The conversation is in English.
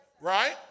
Right